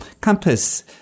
Compass